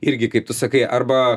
irgi kaip tu sakai arba